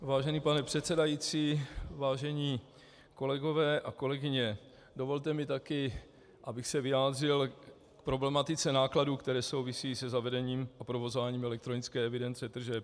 Vážený pane předsedající, vážení kolegové a kolegyně, dovolte mi taky, abych se vyjádřil k problematice nákladů, které souvisejí se zavedením a provozováním elektronické evidence tržeb.